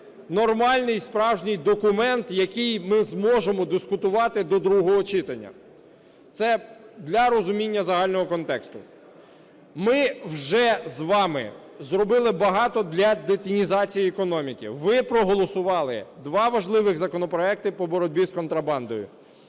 нормальний і справжній документ, який ми зможемо дискутувати до другого читання. Це для розуміння загального контексту. Ми вже з вами зробили багато для детінізації економіки. Ви проголосували два важливих законопроекти по боротьбі з контрабандою.